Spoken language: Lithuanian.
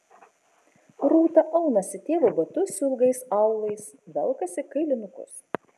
rūta aunasi tėvo batus su ilgais aulais velkasi kailinukus